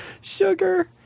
sugar